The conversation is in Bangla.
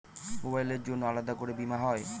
মোবাইলের জন্য আলাদা করে বীমা হয়?